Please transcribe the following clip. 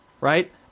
right